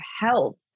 health